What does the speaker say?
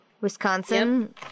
Wisconsin